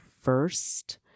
first